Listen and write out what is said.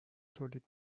تولید